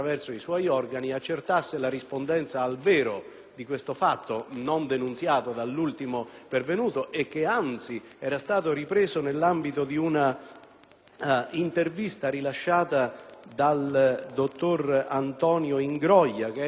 di questo fatto non denunciato dall'ultimo pervenuto e che anzi era stato ripreso nell'ambito di un'intervista rilasciata dal dottor Antonio Ingroia, procuratore della Direzione